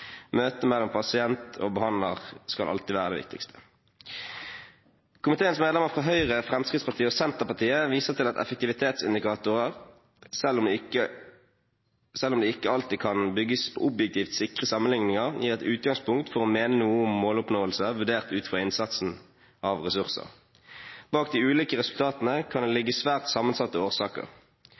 Møtet mellom pasient og behandler skal alltid være det viktigste. Komiteens medlemmer fra Høyre, Fremskrittspartiet og Senterpartiet viser til at effektivitetsindikatorer, selv om de ikke alltid kan bygges på objektivt sikre sammenligninger, gir et utgangspunkt for å mene noe om måloppnåelse vurdert ut fra innsatsen av ressurser. Bak de ulike resultatene kan det ligge svært sammensatte årsaker.